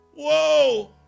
Whoa